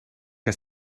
que